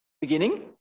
beginning